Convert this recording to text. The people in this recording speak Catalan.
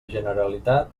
generalitat